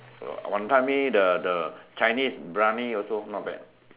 wanton-Mee the the Chinese Briyani also not bad